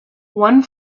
one